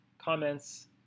comments